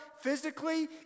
physically